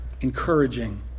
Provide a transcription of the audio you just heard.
encouraging